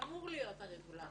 אמור להיות הרגולטור.